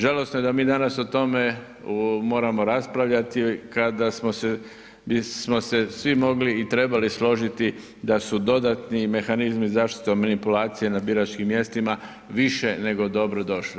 Žalosno je da mi danas o tome moramo raspravljati kada smo se, bismo se svi mogli i trebali složiti da su dodatni mehanizmi zaštite manipulacije na biračkim mjestima više nego dobro došli.